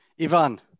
Ivan